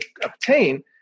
obtain